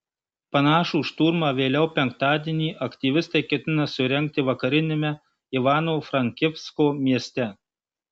panašų šturmą vėliau penktadienį aktyvistai ketina surengti vakariniame ivano frankivsko mieste